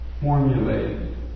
formulate